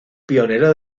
pionero